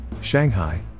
Shanghai